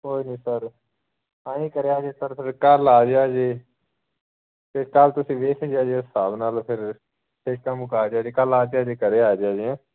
ਕੋਈ ਨਹੀਂ ਸਰ ਆਏਂ ਕਰਿਓ ਜੀ ਸਰ ਫਿਰ ਕੱਲ੍ਹ ਆ ਜਾਇਓ ਜੀ ਅਤੇ ਕੱਲ੍ਹ ਤੁਸੀਂ ਵੇਖ ਲਿਓ ਜੀ ਹਿਸਾਬ ਨਾਲ ਫਿਰ ਠੇਕਾ ਮੁਕਾ ਜਾਇਓ ਜੀ ਕੱਲ੍ਹ ਆ ਜਾਇਓ ਜੀ ਘਰ ਆ ਜਾਇਓ ਹੈਂ